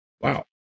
Wow